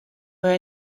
were